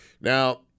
Now